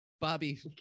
Bobby